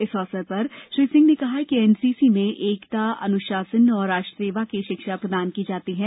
इस अवसर पर श्री सिंह ने कहा कि एनसीसी में एकता अनुशासन और राष्ट्र सेवा की शिक्षा प्रदान की जाती है